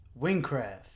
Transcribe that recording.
Wingcraft